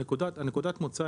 נקודת המוצא,